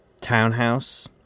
townhouse